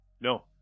No